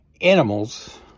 Animals